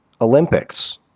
Olympics